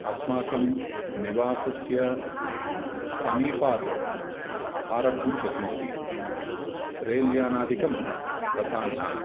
अस्माकं निवासस्य समीपम् आरब्धुं शक्नोति रेल् यानादिकं तथा न